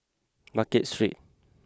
Market Street